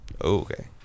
Okay